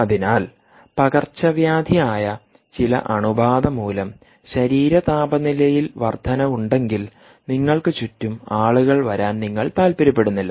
അതിനാൽ പകർച്ചവ്യാധിയായ ചില അണുബാധ മൂലം ശരീര താപനിലയിൽ വർദ്ധനവുണ്ടെങ്കിൽ നിങ്ങൾക്ക് ചുറ്റും ആളുകൾ വരാൻ നിങ്ങൾ താൽപ്പര്യപ്പെടുന്നില്ല